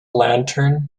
lantern